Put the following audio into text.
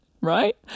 right